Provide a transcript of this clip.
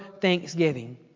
thanksgiving